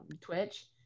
Twitch